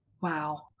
Wow